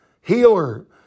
healer